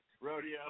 Rodeo